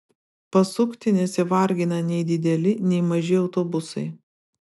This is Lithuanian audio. pasukti nesivargina nei dideli nei maži autobusai